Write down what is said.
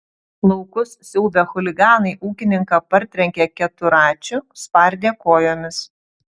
laukus siaubę chuliganai ūkininką partrenkė keturračiu spardė kojomis